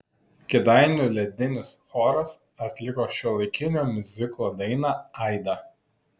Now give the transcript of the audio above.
kėdainių ledinis choras atliko šiuolaikinio miuziklo dainą aida